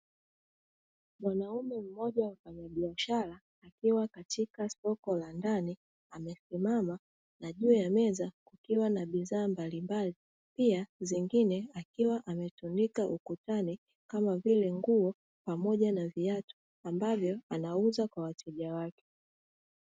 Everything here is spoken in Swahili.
Mwanaume mmoja mfanyabiashara, akiwa katika soko la ndani amesimama na juu ya meza kukiwa na bidhaa mbalimbali, pia zingine, akiwa ametundika ukutani kama vile nguo pamoja na viatu ambavyo anauza kwa wateja wake.